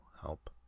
help